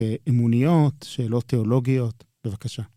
ואמוניות שלא תיאולוגיות, בבקשה.